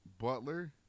Butler